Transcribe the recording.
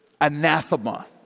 anathema